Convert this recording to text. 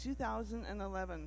2011